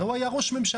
הרי הוא היה ראש ממשלה,